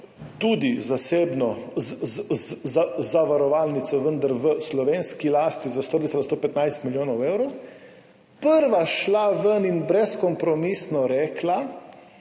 zavarovalnico, vendar v slovenski lasti, za 115 milijonov evrov, prva šla ven in brezkompromisno rekla,